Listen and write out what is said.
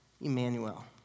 Emmanuel